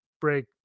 break